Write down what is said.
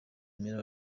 mirror